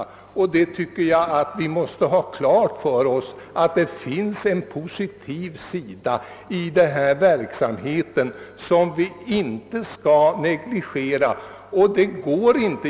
Jag tycker att vi måste ha klart för oss att det finns en positiv sida då det gäller denna verksamhet som inte kan negligeras.